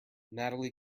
natalie